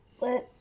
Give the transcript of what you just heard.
Let's-